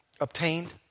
obtained